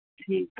ठीकु आहे